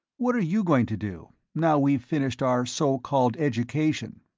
what are you going to do, now we've finished our so-called education?